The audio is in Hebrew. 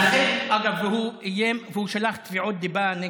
ולכן, אגב, הוא איים, והוא שלח תביעות דיבה נגד,